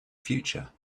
future